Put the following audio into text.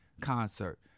concert